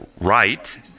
right